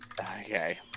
Okay